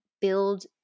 build